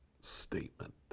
statement